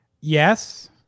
Yes